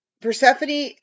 Persephone